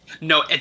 No